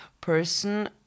person